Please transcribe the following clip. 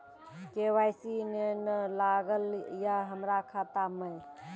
KYC ने न लागल या हमरा खाता मैं?